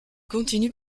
continue